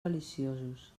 deliciosos